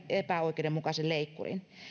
epäoikeudenmukaisen leikkurin